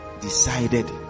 decided